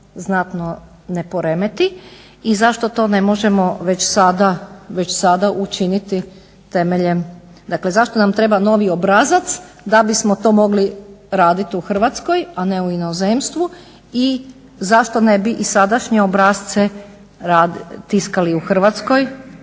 znatno ne poremeti i zašto to ne možemo već sada učiniti temeljem, dakle zašto nam treba novi obrazac da bismo to mogli raditi u Hrvatskoj, a ne u inozemstvu i zašto ne bi i sadašnje obrasce tiskali u Hrvatskoj,